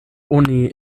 oni